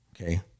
Okay